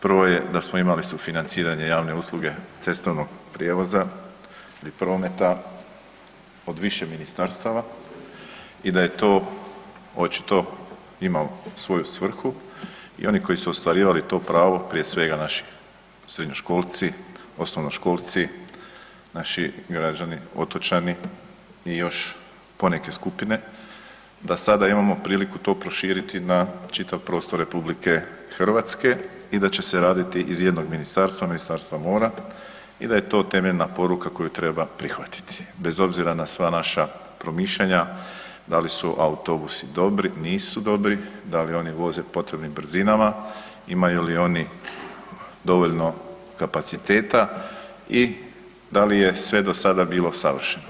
Prvo je da smo imali sufinanciranje javne usluge cestovnog prijevoza i prometa, od više ministarstava i da je to očito imalo svoju svrhu i oni koji su ostvarivali to pravo, prije svega, naši srednjoškolci, osnovnoškolci, naši građani otočani i još poneke skupine, da sada imamo priliku to proširiti na čitav prostor RH i da će se raditi iz jednog ministarstva, Ministarstva mora i da je to temeljna poruka koju treba prihvatiti, bez obzira na sva naša promišljanja da li su autobusi dobri, nisu dobri, da li oni voze potrebnim brzinama, imaju li oni dovoljno kapaciteta i da li je sve do sada bilo savršeno.